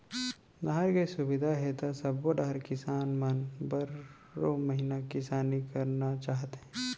नहर के सुबिधा हे त सबो डहर किसान मन बारो महिना किसानी करना चाहथे